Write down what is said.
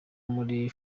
muri